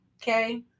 Okay